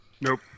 nope